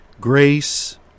Grace